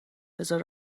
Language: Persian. بذار